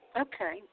Okay